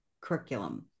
curriculum